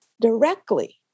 directly